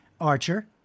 Archer